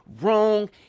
Wrong